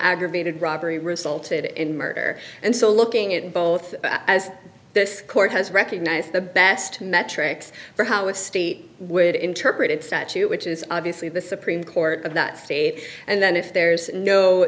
aggravated robbery resulted in murder and so looking at both as this court has recognized the best metrics for how a state would interpret it statute which is obviously the supreme court of that state and then if there's no